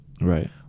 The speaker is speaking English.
right